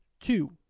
two